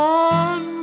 one